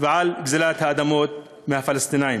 ועל גזלת האדמות מהפלסטינים.